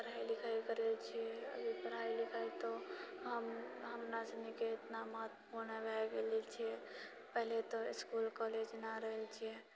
पढ़ाइ लिखाइ करैत छिऐ पढ़ाइ लिखाइ तऽ हम हमरा सभीके महत्वपूर्ण भए गेल छै पहिले तऽ इसकुल कॉलेज नहि रहल छिऐ